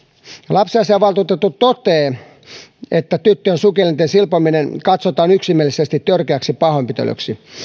lapsiasiainvaltuutettu toteaa tyttöjen sukuelinten silpominen katsotaan yksimielisesti törkeäksi pahoinpitelyksi